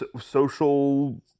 social